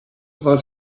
war